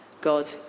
God